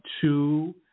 Two